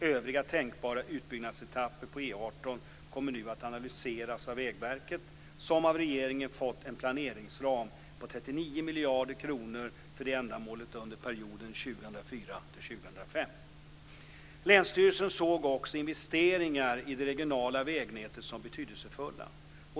Övriga tänkbara utbyggnadsetapper på E 18 kommer nu att analyseras av Vägverket, som av regeringen fått en planeringsram på 39 miljarder kronor för det ändamålet under perioden 2004-2015. Länsstyrelsen såg också investeringar i det regionala vägnätet som betydelsefulla.